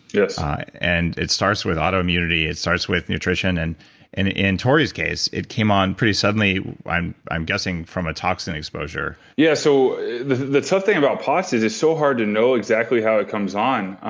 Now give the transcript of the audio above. yeah and it starts with autoimmunity, it starts with nutrition. and and in tory's case it came on pretty suddenly i'm i'm guessing from a toxin exposure yeah so the the tough thing about pots is it's so hard to know exactly how it comes on.